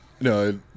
No